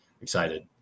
excited